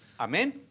Amén